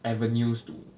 avenues to